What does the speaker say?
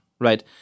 right